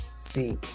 See